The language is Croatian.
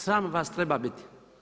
Sram vas treba biti.